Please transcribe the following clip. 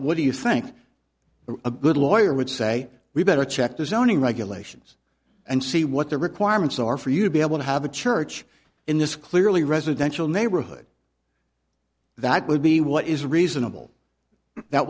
what do you think a good lawyer would say we better check the zoning regulations and see what the requirements are for you to be able to have a church in this clearly residential neighborhood that would be what is reasonable that